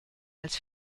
als